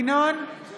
בעד ישראל